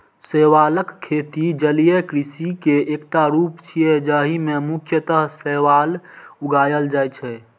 शैवालक खेती जलीय कृषि के एकटा रूप छियै, जाहि मे मुख्यतः शैवाल उगाएल जाइ छै